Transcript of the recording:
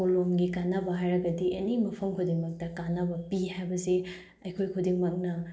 ꯀꯣꯂꯣꯝꯒꯤ ꯀꯥꯟꯅꯕ ꯍꯥꯏꯔꯒꯗꯤ ꯑꯦꯅꯤ ꯃꯐꯝ ꯈꯨꯗꯤꯡꯃꯛꯇ ꯀꯥꯟꯅꯕ ꯄꯤ ꯍꯥꯏꯕꯁꯤ ꯑꯩꯈꯣꯏ ꯈꯨꯗꯤꯡꯃꯛꯅ